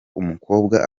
umukobwa